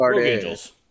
Angels